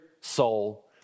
soul